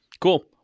Cool